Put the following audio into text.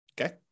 okay